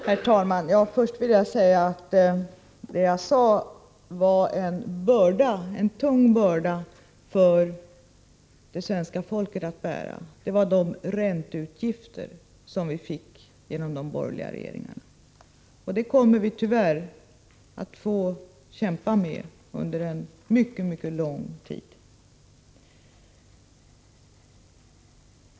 Herr talman! Det jag sade var en tung börda att bära för det svenska folket var de ränteutgifter som vi fick genom de borgerliga regeringarna. Dessa utgifter kommer vi tyvärr att få kämpa med under en mycket lång tid.